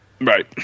Right